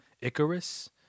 Icarus